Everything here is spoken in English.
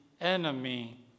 enemy